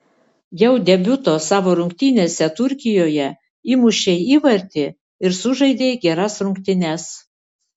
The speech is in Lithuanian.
jau debiuto savo rungtynėse turkijoje įmušei įvartį ir sužaidei geras rungtynes